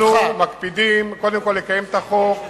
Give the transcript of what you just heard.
אנחנו מקפידים קודם כול לקיים את החוק,